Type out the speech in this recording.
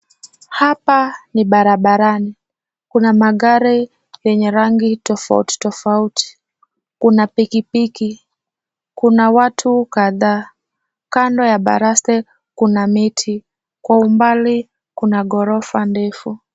Hapa ni barabarani. Kuna magari yenye rangi tofauti tofauti, kuna pikipiki, kuna watu kadhaa. Kando ya baraste kuna miti. Kwa umbali kuna ghorofa ndefu.